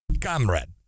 Comrade